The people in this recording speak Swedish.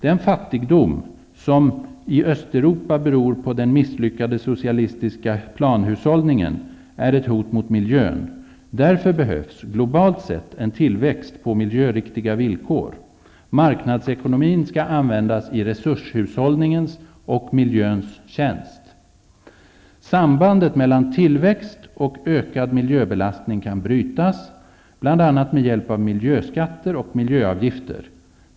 Den fattigdom, som i Östeuropa beror på den misslyckade socialistiska planhushållningen, är ett hot mot miljön. Därför behövs, globalt sett, en tillväxt på miljöriktiga villkor. Marknadsekonomin skall användas i resurshushållningens och miljöns tjänst. Sambandet mellan tillväxt och ökad miljöbelastning kan brytas, bl.a. med hjälp av miljöskatter och miljöavgifter.